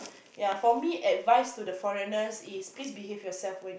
ya for me advice to the foreigners is please behave yourself with